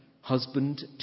husband